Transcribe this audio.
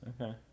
Okay